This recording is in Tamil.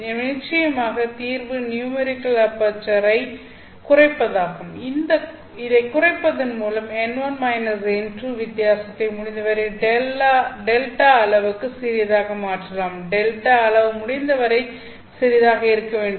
எனவே நிச்சயமாக தீர்வு நியூமெரிக்கல் அபெர்ச்சர் ஐ குறைப்பதாகும் இதை குறைப்பதன் மூலம் n1 n2 வித்தியாசத்தை முடிந்தவரை Δ அளவுக்கு சிறியதாக மாற்றலாம் Δ அளவு முடிந்தவரை சிறியதாக இருக்க வேண்டும்